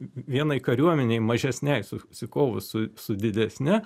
vienai kariuomenei mažesnei susikovus su su didesne